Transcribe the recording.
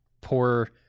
poor